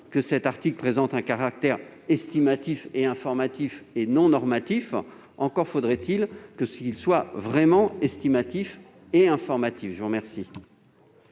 que cet article présente un caractère estimatif et informatif, et non normatif, encore faudrait-il qu'il soit vraiment estimatif et informatif ! L'amendement